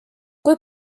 kui